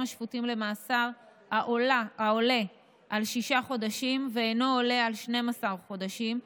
השפוטים למאסר העולה על שישה חודשים ואינו עולה על 12 חודשים,